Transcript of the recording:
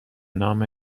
نام